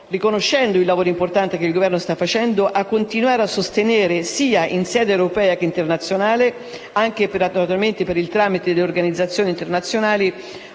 riconoscendo il lavoro importante che il Governo sta facendo, impegna il Governo a continuare a sostenere, in sede sia europea, sia internazionale, anche per il tramite di organizzazioni internazionali,